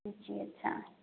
جی اچھا